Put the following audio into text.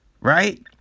Right